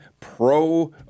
pro